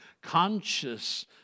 conscious